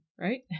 right